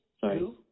Sorry